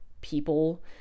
people